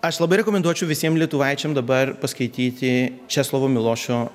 aš labai rekomenduočiau visiem lietuvaičiam dabar paskaityti česlovo milošo